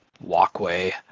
walkway